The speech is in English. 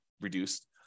reduced